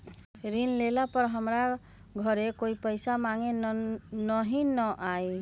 ऋण लेला पर हमरा घरे कोई पैसा मांगे नहीं न आई?